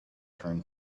turned